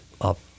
up